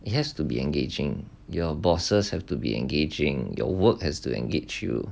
it has to be engaging your bosses have to be engaging your work has to engage you